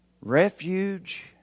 Refuge